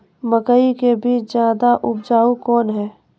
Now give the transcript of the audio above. मकई के बीज ज्यादा उपजाऊ कौन है?